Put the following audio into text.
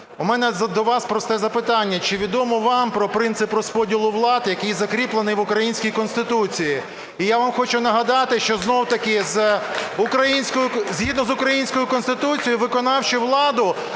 у мене до вас просте запитання: чи відомо вам про принцип розподілу влад, який закріплений в українській Конституції? І я хочу вам нагадати, що знову-таки згідно з українською Конституцією виконавчу владу,